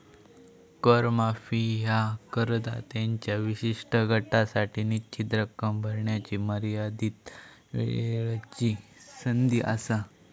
कर माफी ह्या करदात्यांच्या विशिष्ट गटासाठी निश्चित रक्कम भरण्याची मर्यादित वेळची संधी असा